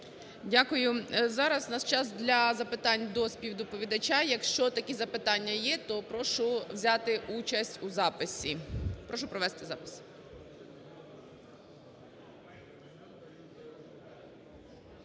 Дякую. Зараз у нас час для запитань до співдоповідача. Якщо такі запитання є, то прошу взяти участь у записі. Прошу провести запис.